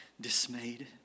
dismayed